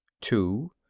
Two